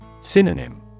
Synonym